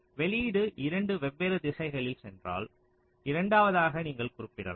வெளியீடு 2 வெவ்வேறு திசைகளில் சென்றால் இரண்டாவதாக நீங்கள் குறிப்பிடலாம்